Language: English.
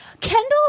Kendall